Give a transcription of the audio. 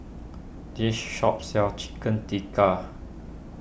this shop sells Chicken Tikka